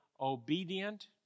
obedient